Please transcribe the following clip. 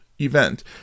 event